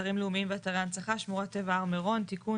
אתרים לאומיים ואתרי הנצחה (שמורת טבע הר מירון) (תיקון),